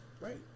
right